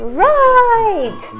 right